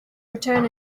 return